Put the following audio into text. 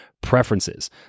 preferences